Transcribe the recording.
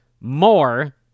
more